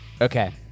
Okay